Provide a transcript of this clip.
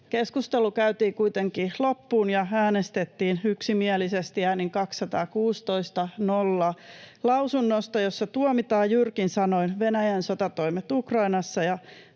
Keskustelu käytiin kuitenkin loppuun, ja äänestettiin yksimielisesti äänin 216—0 lausunnosta, jossa tuomitaan jyrkin sanoin Venäjän sotatoimet Ukrainassa